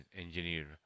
engineer